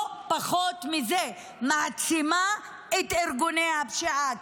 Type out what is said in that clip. לא פחות מזה, מעצימה את ארגוני הפשיעה.